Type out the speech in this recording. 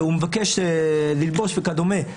והוא מתבקש לשים וכדומה,